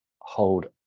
hold